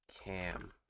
cam